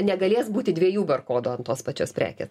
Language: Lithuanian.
negalės būti dviejų barkodų ant tos pačios prekės